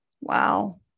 Wow